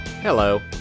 Hello